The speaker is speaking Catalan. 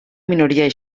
minoria